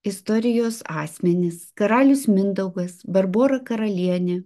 istorijos asmenis karalius mindaugas barbora karalienė